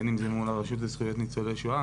בין אם זה מול הרשות לזכויות ניצול שואה,